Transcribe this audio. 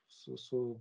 su su